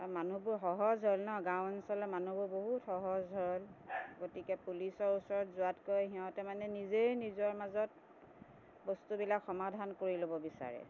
মানুহবোৰ সহজ সৰল ন গাঁও অঞ্চলৰ মানুহবোৰ বহুত সহজ সৰল গতিকে পুলিচৰ ওচৰত যোৱাতকৈ সিহঁতে মানে নিজেই নিজৰ মাজত বস্তুবিলাক সমাধান কৰি ল'ব বিচাৰে